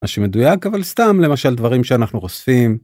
משהו מדויק אבל סתם למשל דברים שאנחנו אוספים.